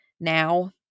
Now